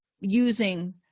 using